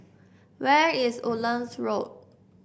where is Woodlands Road